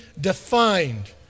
defined